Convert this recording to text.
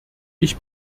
ich